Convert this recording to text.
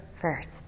first